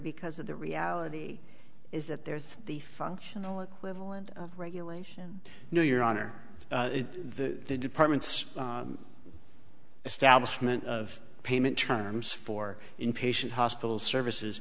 because the reality is that there's the functional equivalent of regulation no your honor the department's establishment of payment terms for in patient hospital services